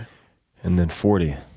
and then forty?